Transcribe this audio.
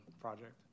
project